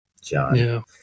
John